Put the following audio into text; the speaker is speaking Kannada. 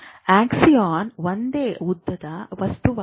ಆಕ್ಸಾನ್ ಒಂದೇ ಉದ್ದದ ವಸ್ತುವಾಗಿದೆ